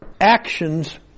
actions